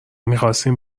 میخواستیم